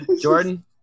Jordan